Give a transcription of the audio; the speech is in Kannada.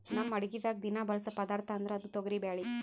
ನಮ್ ಅಡಗಿದಾಗ್ ದಿನಾ ಬಳಸೋ ಪದಾರ್ಥ ಅಂದ್ರ ಅದು ತೊಗರಿಬ್ಯಾಳಿ